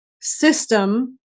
system